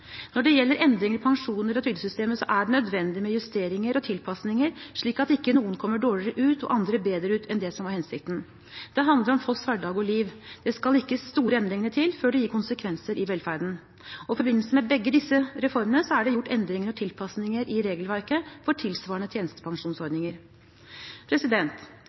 Når det gjelder endringer i pensjoner og trygdesystemet, er det nødvendig med justeringer og tilpasninger, slik at ikke noen kommer dårligere ut og andre bedre ut enn det som var hensikten. Det handler om folks hverdag og liv. Det skal ikke store endringene til før det gir konsekvenser i velferden. I forbindelse med begge disse reformene er det gjort endringer og tilpasninger i regelverket for tilsvarende tjenestepensjonsordninger.